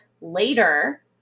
later